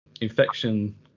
infection